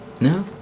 No